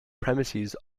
premises